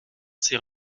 ces